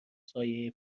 سایه